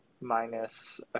minus